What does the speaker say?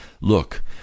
look